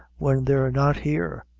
when they're not here?